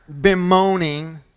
bemoaning